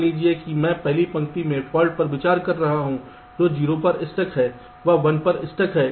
मान लीजिए कि मैं पहली पंक्ति में फाल्ट पर विचार कर रहा हूं जो 0 पर स्टक है व 1 पर स्टक है